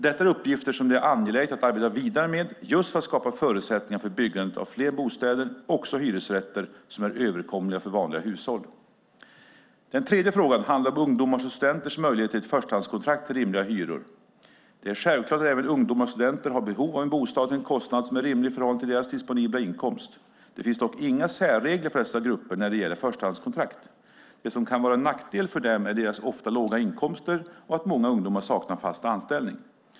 Detta är uppgifter som det är angeläget att arbeta vidare med just för att skapa förutsättningar för byggandet av fler bostäder, också hyresrätter, som är överkomliga för vanliga hushåll. Den tredje frågan handlar om ungdomars och studenters möjlighet till ett förstahandskontrakt till rimliga hyror. Det är självklart att även ungdomar och studenter har behov av en bostad till en kostnad som är rimlig i förhållande till deras disponibla inkomst. Det finns dock inga särregler för dessa grupper när det gäller förstahandskontrakt. Det som kan vara en nackdel för dem är deras ofta låga inkomster och det faktum att många ungdomar saknar fast anställning.